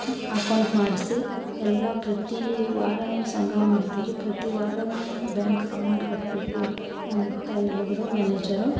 account ಮಾಡಿಸಿ ಎಲ್ಲ ಪ್ರತಿ ವಾರ ಸಂಘ ಮಾಡ್ತಿರಿ ಪ್ರತಿ ವಾರನು ಬ್ಯಾಂಕ್ಗೆ ಅಮೌಂಟ್ ಕಟ್ಬೇಕು ಅಂತ ಹೇಳದ್ರು ಮ್ಯಾನೇಜರು